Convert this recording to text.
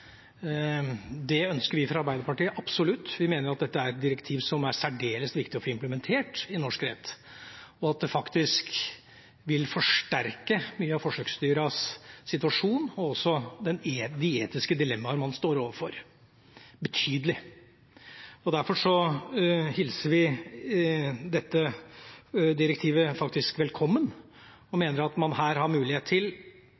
Det ønsker vi fra Arbeiderpartiet absolutt. Vi mener at dette er et direktiv som er særdeles viktig å få implementert i norsk rett, og at det vil forsterke mye av forsøksdyrenes situasjon og også de etiske dilemmaer man står overfor – betydelig. Derfor hilser vi dette direktivet velkommen og mener at man her har mulighet til